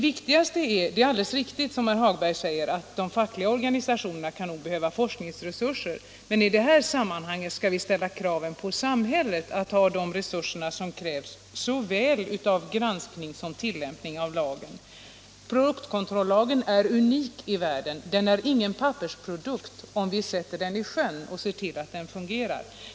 Det är alldeles riktigt som herr Hagberg säger, att de fackliga organisationerna kan behöva forskningsresurser, men i det här sammanhanget skall vi ställa krav på att samhället skall ha de resurser som fordras i fråga om såväl granskning som tillämpning av lagen. Produktkontrollagen är unik i världen. Den är ingen pappersprodukt, om vi sätter den i sjön och ser till att den fungerar.